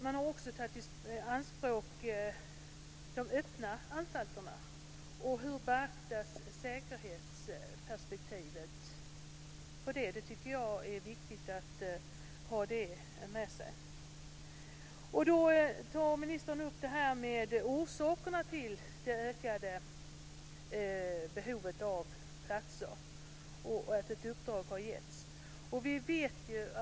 Man har också tagit i anspråk de öppna anstalterna. Hur beaktas säkerhetsperspektivet här? Det tycker jag är viktigt att ha med sig. Ministern tog upp orsakerna till det ökade behovet av platser och sade att ett uppdrag har getts till Kriminalvårdsstyrelsen.